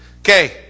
Okay